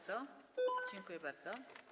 Dziękuję bardzo.